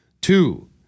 Two